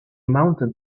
mounted